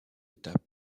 étapes